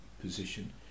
position